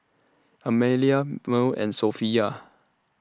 Amalia Mearl and Sophia